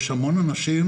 יש המון אנשים